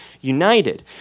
united